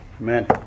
Amen